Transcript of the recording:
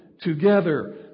together